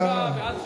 שעה, ועד שעות,